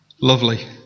Lovely